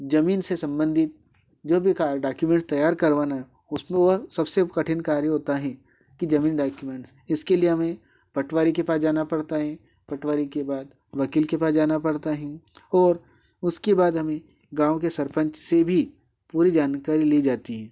जमीन से संबंधित जो भी का डोक्युमेंट तैयार करवाना है उसमें वह सबसे कठिन कार्य होता है कि जमीन डॉक्यूमेंट इसके लिए हमें पटवारी के पास जाना पड़ता है पटवारी के बाद वकील के पास जाना पड़ता है और उसके बाद हमें गाँव के सरपंच से भी पूरी जानकारी ली जाती है